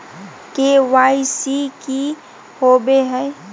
KYC की हॉबे हय?